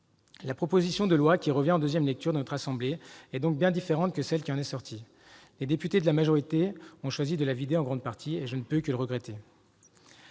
La proposition de loi qui nous revient en deuxième lecture est donc bien différente de celle que nous avions votée. Les députés de la majorité ont choisi de la vider en grande partie, je ne peux que le regretter.